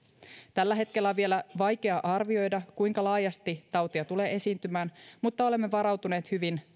tällä hetkellä on vielä vaikea arvioida kuinka laajasti tautia tulee esiintymään mutta olemme varautuneet hyvin